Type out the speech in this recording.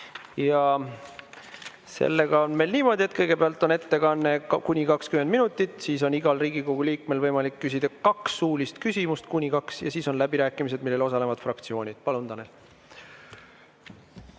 Sellega on meil niimoodi, et kõigepealt on ettekanne kuni 20 minutit, siis on igal Riigikogu liikmel võimalik küsida kuni kaks suulist küsimust ja siis on läbirääkimised, milles osalevad fraktsioonid. Palun,